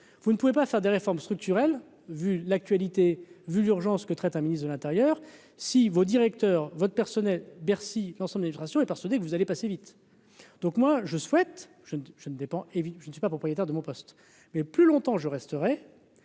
vous ne pouvez pas faire des réformes structurelles, vu l'actualité vue d'urgence que traite un ministre de l'Intérieur, si vos directeurs votre personnel Bercy dans son éducation est persuadé que vous allez passer vite, donc moi je souhaite je ne je ne dépends et je ne suis pas propriétaire de mon poste mais plus longtemps, je resterai